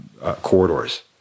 Corridors